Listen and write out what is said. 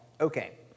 Okay